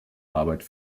arbeit